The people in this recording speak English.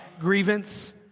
grievance